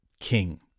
king